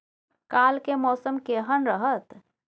काल के मौसम केहन रहत?